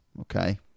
Okay